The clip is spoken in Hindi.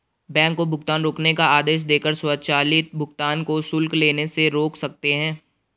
बैंक को भुगतान रोकने का आदेश देकर स्वचालित भुगतान को शुल्क लेने से रोक सकते हैं